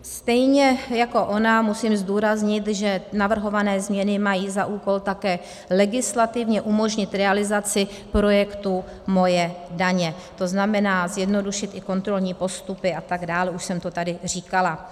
Stejně jako ona musím zdůraznit, že navrhované změny mají za úkol také legislativně umožnit realizaci projektu Moje daně, tzn. zjednodušit i kontrolní postupy atd., už jsem to tady říkala.